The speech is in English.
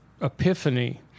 epiphany